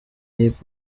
hip